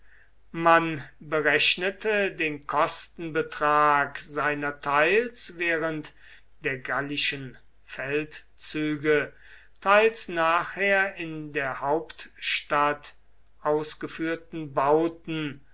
man berechnete den kostenbetrag seiner teils während der gallischen feldzüge teils nachher in der hauptstadt ausgeführten bauten